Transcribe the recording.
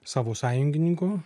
savo sąjungininkų